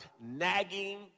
nagging